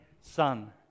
son